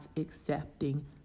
accepting